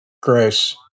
Grace